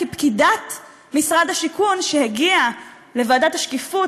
כי פקידת משרד השיכון שהגיעה לוועדת השקיפות